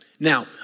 Now